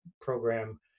Program